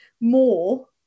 more